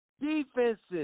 Defenses